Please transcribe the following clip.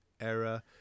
era